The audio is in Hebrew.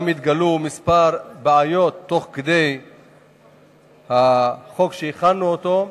גם התגלו כמה בעיות תוך כדי הכנת החוק,